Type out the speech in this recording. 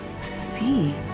see